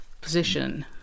position